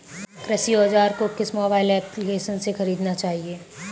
कृषि औज़ार को किस मोबाइल एप्पलीकेशन से ख़रीदना चाहिए?